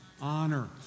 Honor